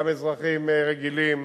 גם אזרחים רגילים,